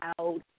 out